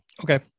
Okay